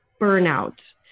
burnout